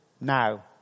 now